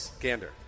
Gander